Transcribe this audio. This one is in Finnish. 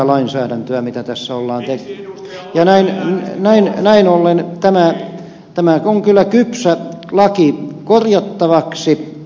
tämä mitä tässä ollaan nyt tekemässä ei ole hyvää lainsäädäntöä ja näin ollen tämä on kyllä kypsä laki korjattavaksi